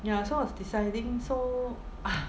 ya so I was deciding so ah